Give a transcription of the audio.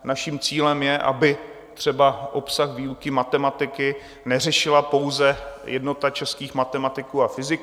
Naším cílem je, aby třeba obsah výuky matematiky neřešila pouze Jednota českých matematiků a fyziků.